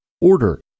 order